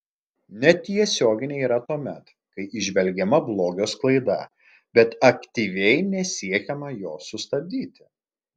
netiesioginė yra tuomet kai įžvelgiama blogio sklaida bet aktyviai nesiekiama jos sustabdyti